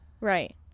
Right